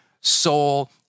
soul